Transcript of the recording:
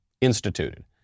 instituted